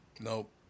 nope